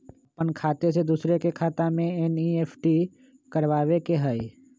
अपन खाते से दूसरा के खाता में एन.ई.एफ.टी करवावे के हई?